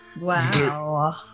Wow